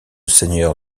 seigneur